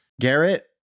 Garrett